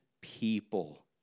people